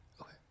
okay